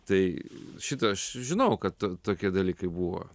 tai šitą aš žinau kad t tokie dalykai buvo